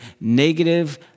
negative